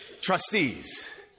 trustees